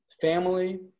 family